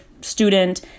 student